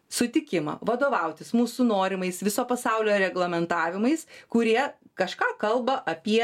sutikimą vadovautis mūsų norimais viso pasaulio reglamentavimais kurie kažką kalba apie